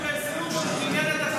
מינהלת החטופים, והאופוזיציה לא היו.